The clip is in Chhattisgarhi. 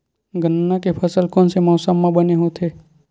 गन्ना के फसल कोन से मौसम म बने होथे?